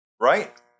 right